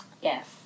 Yes